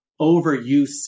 overuse